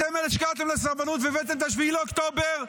אתם אלה שקראתם לסרבנות והבאתם את 7 באוקטובר,